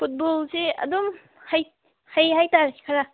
ꯐꯨꯠꯕꯣꯜꯁꯤ ꯑꯗꯨꯝ ꯍꯩ ꯍꯩ ꯍꯥꯏꯇꯥꯔꯦ ꯈꯔ